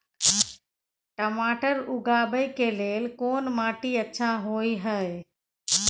टमाटर उगाबै के लेल कोन माटी अच्छा होय है?